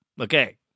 Okay